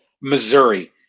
Missouri